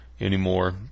anymore